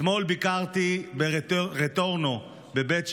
אתמול ביקרתי ברטורנו בבית שמש,